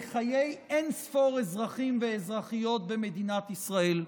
בחיי אין-ספור אזרחים ואזרחיות במדינת ישראל.